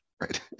right